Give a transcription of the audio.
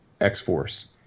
X-Force